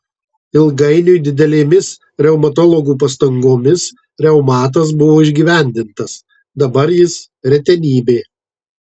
ilgainiui didelėmis reumatologų pastangomis reumatas buvo išgyvendintas dabar jis retenybė